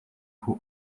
who